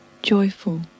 joyful